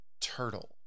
Turtle